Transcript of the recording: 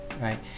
right